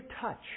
touch